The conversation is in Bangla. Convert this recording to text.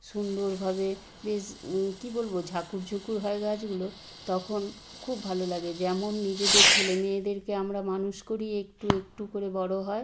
সুন্দরভাবে বেশ কী বলব ঝাকুর ঝুকুর হয় গাছগুলো তখন খুব ভালো লাগে যেমন নিজেদের ছেলেমেয়েদেরকে আমরা মানুষ করি একটু একটু করে বড় হয়